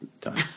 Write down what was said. done